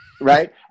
Right